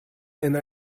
and